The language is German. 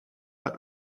hat